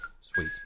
Sweet